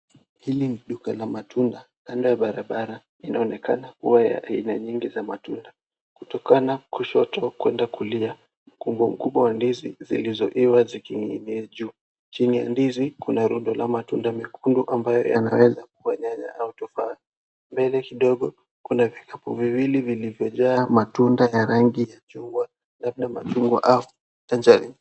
Hili ni duka la matunda kando ya barabara, linaonekana kuwa ya aina nyingi za matunda kutoka kushoto kwenda kulia. Ukubwa ukubwa wa ndizi zilizo iva zikining'inia juu. Chini ya ndizi, kuna rundo la matunda mekundu ambayo yanaweza kuwa nyanya au tufaha. Mbele kidogo, kuna vikapu viwili vilivyojaa matunda ya rangi ya chungwa labda machungwa au chanjarini.